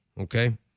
okay